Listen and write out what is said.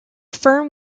firm